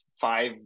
five